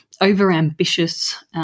over-ambitious